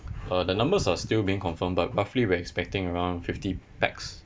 uh the numbers are still being confirmed but roughly we are expecting around fifty pax